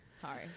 Sorry